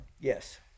Yes